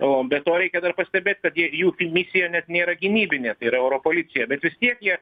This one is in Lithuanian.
o be to reikia dar pastebėt kad jų misija net nėra gynybinė tai yra oro policija bet vis tiek jie